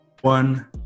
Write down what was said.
one